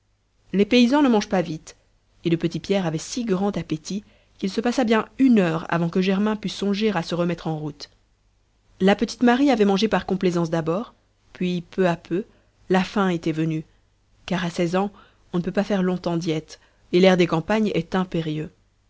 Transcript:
les paysans ne mangent pas vite et le petit pierre avait si grand appétit qu'il se passa bien une heure avant que germain pût songer à se remettre en route la petite marie avait mangé par complaisance d'abord puis peu à peu la faim était venue car à seize ans on ne peut pas faire longtemps diète et l'air des campagnes est impérieux